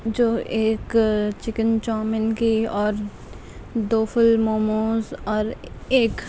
جو ایک chicken chowmein کی اور دو فل موموز اور ایک